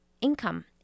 income